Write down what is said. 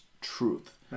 truth